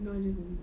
no I didn't